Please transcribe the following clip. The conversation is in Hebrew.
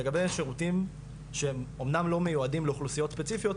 לגבי שירותים שהם אמנם לא מיועדים לאוכלוסיות ספציפיות,